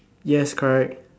yes correct